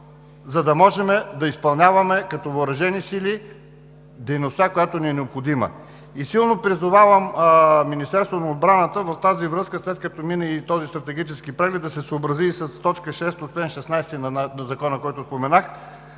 за да можем да изпълняваме като въоръжени сили дейността, която ни е необходима. В тази връзка силно призовавам Министерството на отбраната, след като мине и този стратегически преглед, да се съобрази и с т. 6 от чл. 16 на Закона, който споменах,